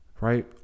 Right